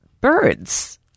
birds